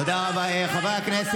תעצרו את החקיקה המושחתת